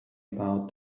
about